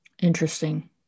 Interesting